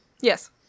yes